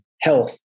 health